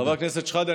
חבר הכנסת שחאדה,